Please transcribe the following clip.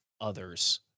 others